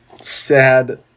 sad